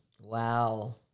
Wow